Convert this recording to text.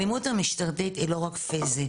האלימות המשטרתית היא לא רק פיזית,